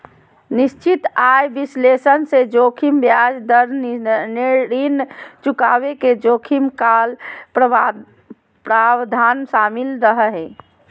निश्चित आय विश्लेषण मे जोखिम ब्याज दर, ऋण चुकाबे के जोखिम, कॉल प्रावधान शामिल रहो हय